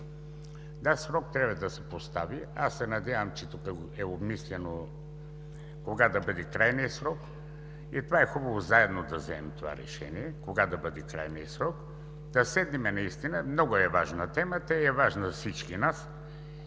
Да, срок трябва да се постави и аз се надявам, че е обмислено кога да бъде крайният срок и е хубаво заедно да вземем това решение кога да бъде крайният срок. Да седнем наистина – много е важна темата, важна е за всички нас